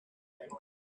london